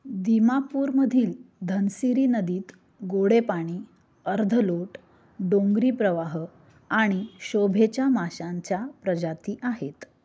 दिमापूरमधील धनसिरी नदीत गोडेपाणी अर्ध लोट डोंगरी प्रवाह आणि शोभेच्या माशांच्या प्रजाती आहेत